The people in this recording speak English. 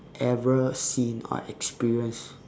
ever seen or experienced